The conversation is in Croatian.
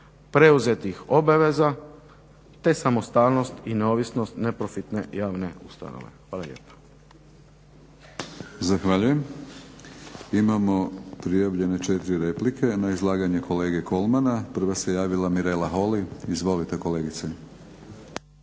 preuzetih obaveza te samostalnost i neovisnost neprofitne javne ustanove. Hvala lijepa.